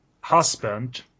husband